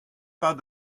pas